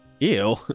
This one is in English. Ew